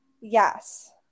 Yes